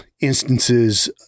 instances